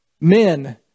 Men